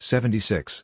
Seventy-six